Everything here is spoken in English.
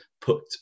put